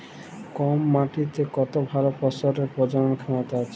call মাটিতে কত ভাল ফসলের প্রজলল ক্ষমতা আছে